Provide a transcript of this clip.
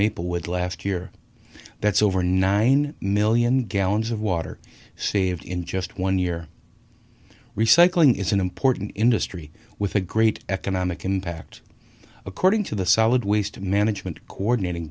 maple wood last year that's over nine million gallons of water sieved in just one year recycling is an important industry with a great economic impact according to the solid waste management coordinating